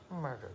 Murder